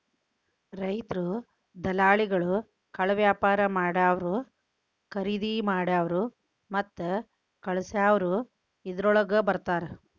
ರೈತ್ರು, ದಲಾಲಿಗಳು, ಕಾಳವ್ಯಾಪಾರಾ ಮಾಡಾವ್ರು, ಕರಿದಿಮಾಡಾವ್ರು ಮತ್ತ ಕಳಸಾವ್ರು ಇದ್ರೋಳಗ ಬರ್ತಾರ